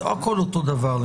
לא הכול אותו דבר.